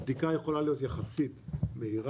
בדיקה יכולה להיות יחסית מהירה,